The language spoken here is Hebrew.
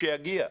שיגיע לכאן.